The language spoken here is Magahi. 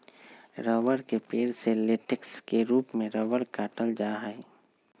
रबड़ के पेड़ से लेटेक्स के रूप में रबड़ काटल जा हई